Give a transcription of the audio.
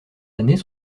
années